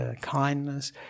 kindness